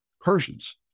Persians